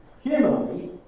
humanly